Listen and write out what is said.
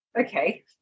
Okay